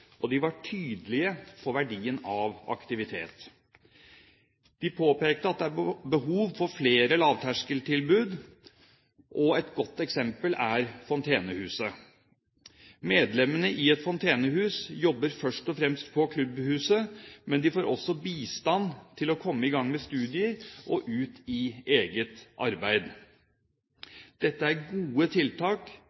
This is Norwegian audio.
og de var tydelige på verdien av aktivitet. De påpekte at det er behov for flere lavterskeltilbud. Et godt eksempel er Fontenehuset. Medlemmene i et fontenehus jobber først og fremst på klubbhuset, men de får også bistand til å komme i gang med studier og ut i eget arbeid.